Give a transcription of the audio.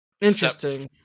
Interesting